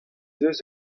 eus